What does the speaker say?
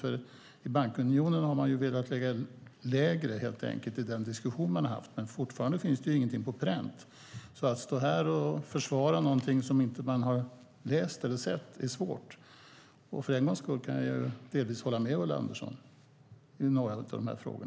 I den diskussion som förts om bankunionen har man velat lägga ribban lägre. Fortfarande finns ingenting på pränt, och det är därför svårt att stå här och försvara någonting som man ännu inte sett. För en gångs skull kan jag delvis hålla med Ulla Andersson när det gäller några av dessa frågor.